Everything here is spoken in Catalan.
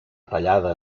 tallada